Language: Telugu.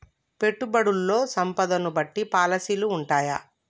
పెట్టుబడుల్లో సంపదను బట్టి పాలసీలు ఉంటయా?